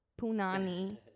punani